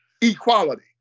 equality